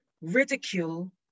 ridicule